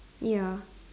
ya